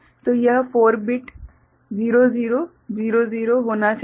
तो यह 4 बिट 0000 होना चाहिए